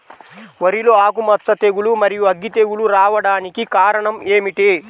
వరిలో ఆకుమచ్చ తెగులు, మరియు అగ్గి తెగులు రావడానికి కారణం ఏమిటి?